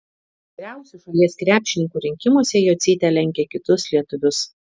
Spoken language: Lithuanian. geriausių šalies krepšininkų rinkimuose jocytė lenkia kitus lietuvius